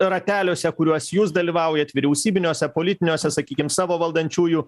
rateliuose kuriuos jūs dalyvaujat vyriausybiniuose politiniuose sakykim savo valdančiųjų